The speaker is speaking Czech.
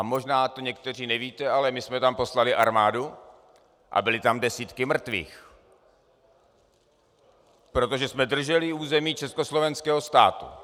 Možná to někteří nevíte, ale my jsme tam poslali armádu a byly tam desítky mrtvých, protože jsme drželi území československého státu.